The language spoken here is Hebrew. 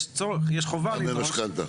יש צורך, יש חובה --- גם במשכנתא.